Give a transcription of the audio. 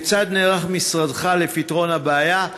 3. כיצד נערך משרדך לפתרון הבעיה?